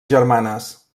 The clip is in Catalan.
germanes